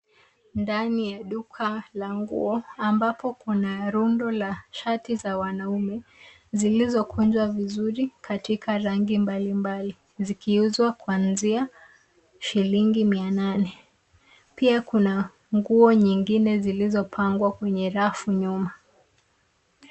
Ndani ya duka la nguo ambapo kuna rundo la shati za wanaume zilizokunjwa vizuri katika rangi mbalimbali zikiuzwa kuanzia shilingi mia nane. Pia kuna nguo nyingine zilizopangwa kwenye rafu nyuma.